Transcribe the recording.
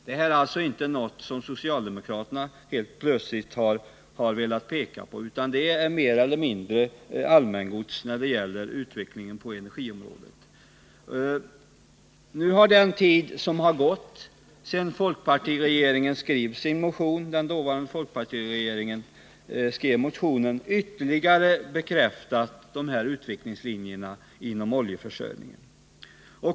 Det här är alltså inte något som socialdemokraterna helt plötsligt har velat peka på, utan det är mer eller mindre allmänt gods när det gäller utvecklingen på energiområdet. Den tid som har gått sedan den dåvarande folkpartiregeringen skrev sin proposition har ytterligare bekräftat dessa utvecklingslinjer i fråga om oljeförsörjningen.